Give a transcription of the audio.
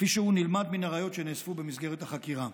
כפי שהוא נלמד מהראיות שנאספו במסגרת החקירה.